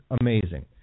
amazing